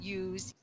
use